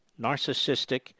narcissistic